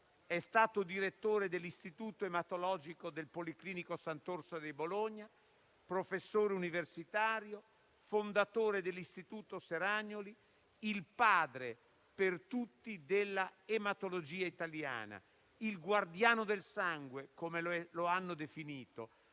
È stato direttore dell'Istituto ematologico del Policlinico San'Orsola di Bologna, professore universitario, fondatore dell'istituto Seragnoli, il padre per tutti della ematologia italiana, il guardiano del sangue, come lo hanno definito.